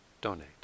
donate